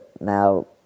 now